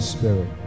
Spirit